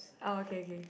okay k